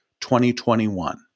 2021